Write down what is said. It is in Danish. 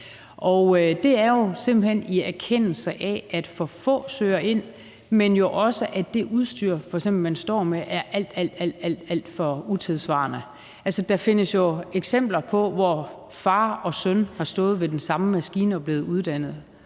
Og det er jo simpelt hen, i erkendelse af at for få søger ind, men jo også i erkendelse af at f.eks. det udstyr, man står med, er alt, alt for utidssvarende. Altså, der findes jo eksempler på, at far og søn har stået og er blevet uddannet